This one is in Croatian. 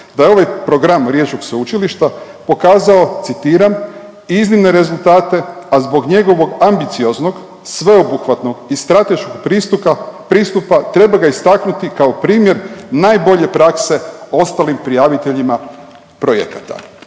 da je ovaj program riječkog sveučilišta pokazao, citiram: „iznimne rezultate a zbog njegovog ambicioznog sveobuhvatnog i strateškog pristupa treba ga istaknuti kao primjer najbolje prakse ostalim prijaviteljima projekata“.